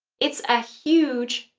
it's a huge,